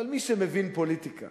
אבל מי שמבין פוליטיקה